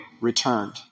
returned